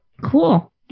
cool